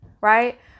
right